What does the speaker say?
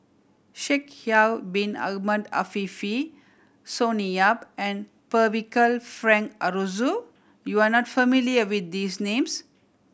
Shaikh Yahya Bin Ahmed Afifi Sonny Yap and Percival Frank Aroozoo you are not familiar with these names